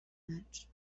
much